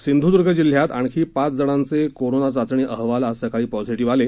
सिंध्र्द्ग जिल्हयात आणखी पाच जणांचे कोरोना चाचणी अहवाल आज सकाळी पॅझिटिव्ह आले